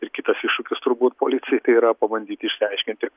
ir kitas iššūkis turbūt policijai tai yra pabandyti išsiaiškinti